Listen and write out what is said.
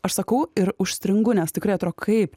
aš sakau ir užstringu nes tikrai atrodo kaip